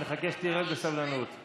נחכה בסבלנות שתרד.